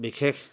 বিশেষ